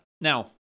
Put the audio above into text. Now